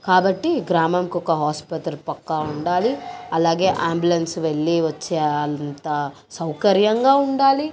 కాబట్టి గ్రామంకొక ఆసుపత్రి పక్కా ఉండాలి అలాగే ఆంబులెన్స్ వెళ్లి వచ్చే అంత సౌకర్యంగా ఉండాలి